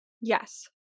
Yes